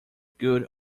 good